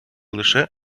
лише